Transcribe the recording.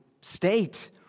state